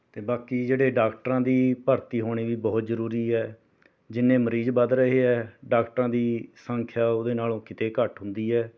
ਅਤੇ ਬਾਕੀ ਜਿਹੜੇ ਡਾਕਟਰਾਂ ਦੀ ਭਰਤੀ ਹੋਣੀ ਵੀ ਬਹੁਤ ਜ਼ਰੂਰੀ ਹੈ ਜਿੰਨੇ ਮਰੀਜ਼ ਵੱਧ ਰਹੇ ਹੈ ਡਾਕਟਰਾਂ ਦੀ ਸੰਖਿਆ ਉਹਦੇ ਨਾਲੋਂ ਕਿਤੇ ਘੱਟ ਹੁੰਦੀ ਹੈ